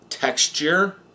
texture